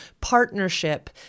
partnership